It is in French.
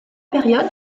période